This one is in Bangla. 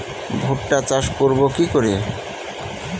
ভুট্টা চাষ করব কি করে?